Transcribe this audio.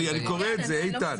אני קורא את זה, איתן.